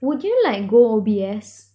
would you like go O_B_S